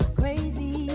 crazy